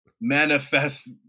manifest